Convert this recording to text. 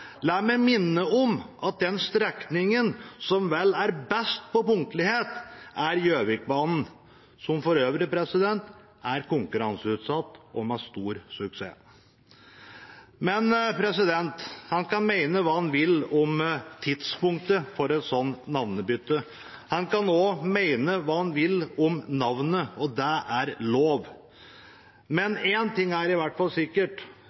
La meg minne om at den strekningen som vel er best på punktlighet, er Gjøvikbanen – som for øvrig er konkurranseutsatt, og med stor suksess. Men man kan mene hva man vil om tidspunktet for et slikt navnebytte. Man kan også mene hva man vil om navnet, og det er lov. Men én ting er i hvert fall sikkert: